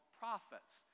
prophets